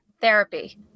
Therapy